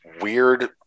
weird